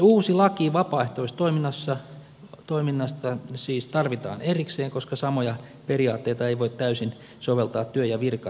uusi laki vapaaehtoistoiminnasta siis tarvitaan erikseen koska samoja periaatteita ei voi täysin soveltaa työ ja virkasuhteisiin